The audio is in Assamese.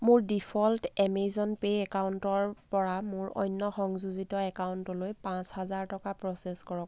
মোৰ ডিফ'ল্ট এমেজন পে' একাউণ্টৰ পৰা মোৰ অন্য সংযোজিত একাউণ্টলৈ পাঁচ হাজাৰ টকা প্ৰচেছ কৰক